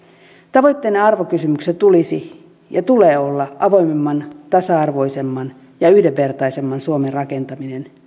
tavoitteena arvokysymyksissä tulee olla avoimemman tasa arvoisemman ja yhdenvertaisemman suomen rakentaminen